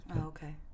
okay